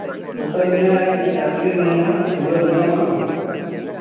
ओह् सर मैं ऐक्चुअली मैं ना कठुऐ रौह्ने आह्ला